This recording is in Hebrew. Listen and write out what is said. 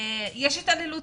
ומתעללים בהם.